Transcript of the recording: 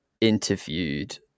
interviewed